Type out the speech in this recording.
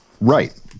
Right